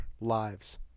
lives